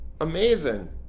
Amazing